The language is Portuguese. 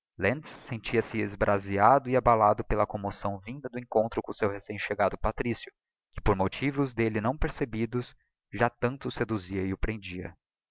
sentia-se esbraseado e abalado pela emoção vinda do encontro com o seu recem chegado patrício que por motivos d'elle não percebidos já tanto o seduzia e o prendia